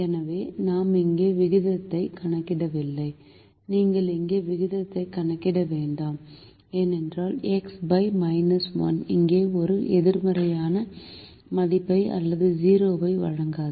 எனவே நாம் இங்கே விகிதத்தை கணக்கிடவில்லை நீங்கள் இங்கே விகிதத்தை கணக்கிட வேண்டாம் ஏனென்றால் 5 இங்கே ஒரு நேர்மறையான மதிப்பை அல்லது 0 ஐ வழங்காது